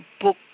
book